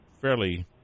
fairly